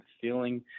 feeling